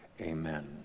Amen